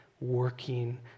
working